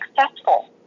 successful